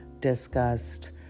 discussed